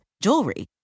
jewelry